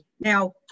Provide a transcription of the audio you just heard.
Now